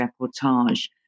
reportage